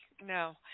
no